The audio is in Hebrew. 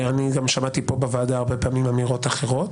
גם שמעתי פה בוועדה הרבה פעמים אמירות אחרות.